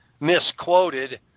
misquoted